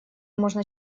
можно